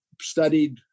studied